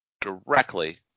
directly